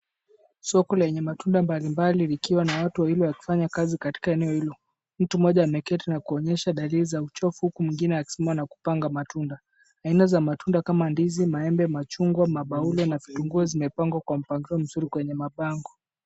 Soko lenye matunda mbalimbali likiwa na watu wawili wakifanya kazi katika eneo hilo. Mtu mmoja ameketi na kuonyesha dalili za uchovu huku mwingine akisimama na kupanga matunda. Aina za matunda kama ndizi, maembe, machungwa, mabaule na vitunguu zimepangwa vizuri kwenye mabango.